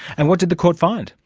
and what did the court find?